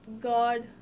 God